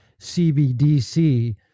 CBDC